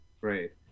great